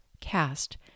Cast